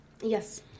Yes